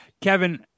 Kevin